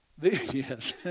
Yes